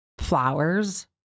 flowers